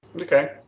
Okay